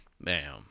Bam